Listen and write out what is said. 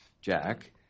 Jack